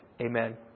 Amen